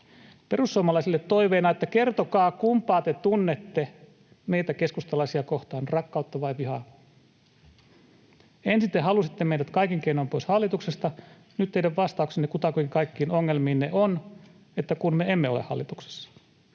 Perussuomalaisille toiveena, että kertokaa, kumpaa te tunnette meitä keskustalaisia kohtaan: rakkautta vai vihaa? Ensin te halusitte meidät kaikin keinoin pois hallituksesta, ja nyt teidän vastauksenne kutakuinkin kaikkiin ongelmiinne on, että kun me emme ole hallituksessa.